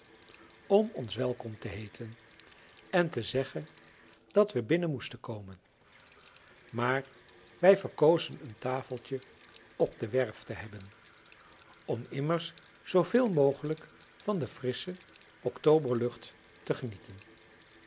om ons welkom te heeten en te zeggen dat we binnen moesten komen maar wij verkozen een tafeltje op de werf te hebben om immers zoo veel mogelijk van de frissche octoberlucht te genieten